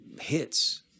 hits